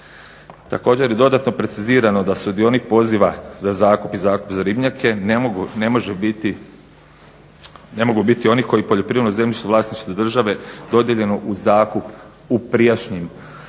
Također, dodatno je precizirano da sudionik poziva za zakup i zakup za ribnjake ne mogu biti oni kojima je poljoprivredno zemljište u vlasništvu države dodijeljeno u zakup u prijašnjim